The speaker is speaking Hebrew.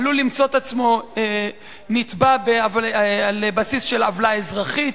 עלול למצוא את עצמו נתבע על בסיס של עוולה אזרחית,